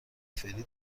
فعلی